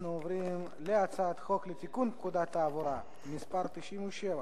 אנחנו עוברים להצעת חוק לתיקון פקודת התעבורה (מס' 97)